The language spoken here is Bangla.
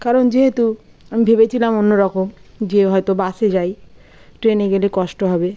কারণ যেহেতু আমি ভেবেছিলাম অন্য রকম যে হয়তো বাসে যাই ট্রেনে গেলে কষ্ট হবে